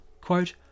Quote